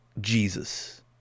Jesus